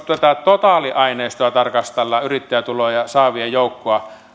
totaaliaineistoa yrittäjätuloja saavien joukkoa tarkastellaan